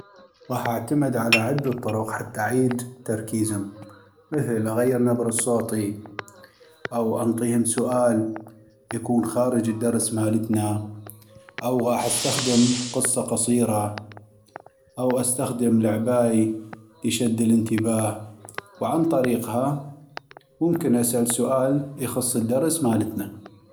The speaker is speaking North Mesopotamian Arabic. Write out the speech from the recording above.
غاح اعتمد على عدة طرق حتى اعيد تركيزم مثل اغير نبره صوتي او انطيهم سؤال يكون خارج الدرس مالتنا او غاح استخدم قصة قصيرة ، او استخدم لعباي لشد الإنتباه وعن طريقها ممكن اسأل سؤال يخص الدرس مالتنا.